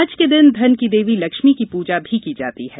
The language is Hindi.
आज के दिन धन की देवी लक्ष्मी की पूजा भी की जाती है